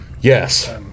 Yes